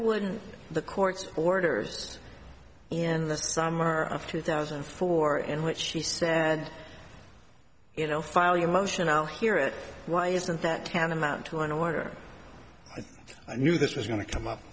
wouldn't the court's orders in the summer of two thousand and four in which she said you know file your motion i'll hear it why isn't that tantamount to an order i knew this was going to come up